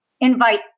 invite